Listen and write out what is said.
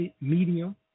medium